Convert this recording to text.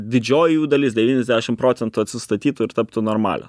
didžioji jų dalis devyniasdešim procentų atsistatytų ir taptų normalio